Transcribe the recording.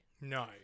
No